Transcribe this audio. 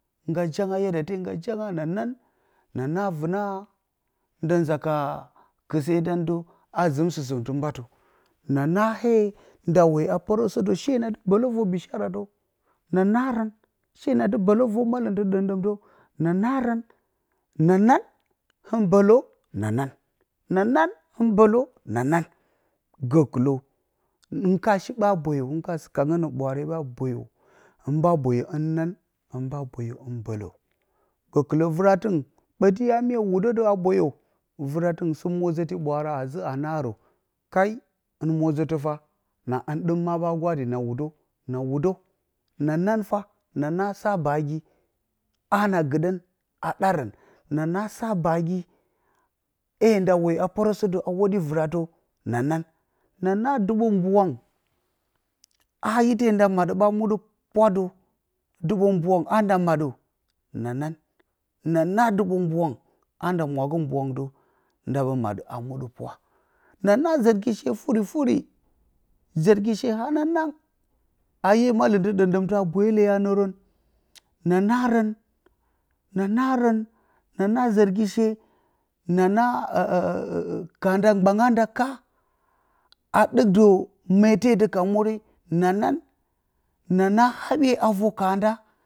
Ngga janga ngga janga na naan na naa vɨna nda nza ka kɨse dan də na dɨ bələ vər maləm tɨ ɗɨm ɗɨmtə na naarən na nan? Hɨn bələ na han nan gəkələ hɨn ka shi ɓa boyə hɨn ka shi ɓa kangə nə ɓwaare ɓa boyə hɨn ɓa boyə hɨn nan, hɨn ɓa boyə hɨn bələ gəkələ vɨratingɨ ɓə dɨ ya me wudə də a boyə vɨratinga sɨ mo zəti ma a zə a naraturun kai na hɨn ɗɨm ma ɓa gwadi na wude na wudə na nan fah na naa sa bagi ha na gɨ ɗən a ɗarən na naa sa bagi hee nda woyə a pɨrəsə də a hwo ɗe vɨratə na nan na naa dɨɓo mburangɨn ha ite nda maɗə ɓa muɗə pwa də dɨ ɓon mbwangɨn a nda maɗə na nan na naa dɨɓo mbwangɨn ha nda mwagə mbwangɨn də nda ɓə maɗə a muɗə pwa na naa zɨrgi she furifuri zɨngi she hananang a hye malɨmtɨ ɗəmɗəmtə a bwele a nɨngɨrən na narən na narən na naa zɨrgishe na naa kanda mbanga nda ka a ɗɨk də mete də ka mure na nan na naa haɓye a vər kanda.